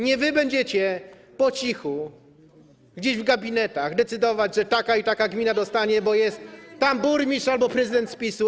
Nie wy będziecie po cichu, gdzieś w gabinetach decydować, że taka i taka gmina dostanie, bo jest tam burmistrz albo prezydent z PiS-u.